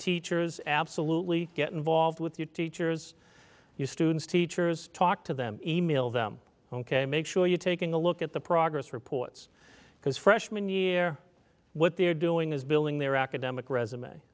teachers absolutely get involved with you teachers you students teachers talk to them e mail them ok make sure you're taking a look at the progress reports because freshman year what they're doing is building their academic resume